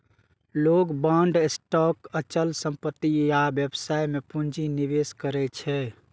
लोग bond, stock, अचल संपत्ति आ व्यवसाय मे पूंजी निवेश करै छै